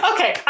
Okay